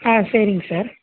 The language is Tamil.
ஆ சரிங்க சார்